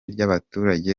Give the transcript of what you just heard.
ry’abaturage